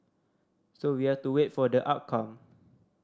so we have to wait for the outcome